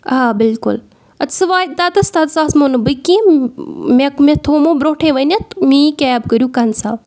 آ بالکل اَدٕ سُہ واتہِ تَتتھَس تَتتھَس آسمو نہٕ بہٕ کینٛہہ مےٚ مےٚ تھوٚمو برونٛٹھَے ؤنِتھ میٛٲنۍ کیب کٔرِو کَنسَل